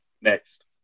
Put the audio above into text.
Next